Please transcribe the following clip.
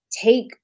take